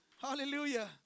Hallelujah